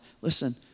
Listen